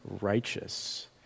righteous